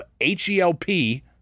H-E-L-P